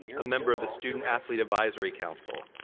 a member of the student athlete advisory council,